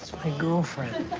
my girlfriend.